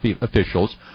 officials